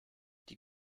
die